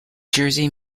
jersey